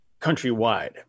countrywide